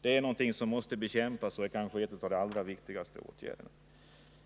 Det är kanske en av de viktigaste åtgärderna för att bekämpa det nuvarande systemet.